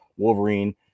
Wolverine